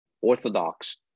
Orthodox